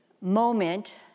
moment